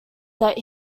that